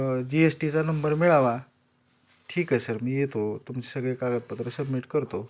जी S टीचा नंबर मिळावा ठीक आहे सर मी येतो तुमचे सगळे कागदपत्र सबमिट करतो